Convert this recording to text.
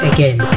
Again